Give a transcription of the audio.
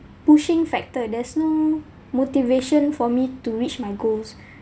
pushing factor there's no motivation for me to reach my goals